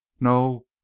no